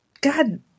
God –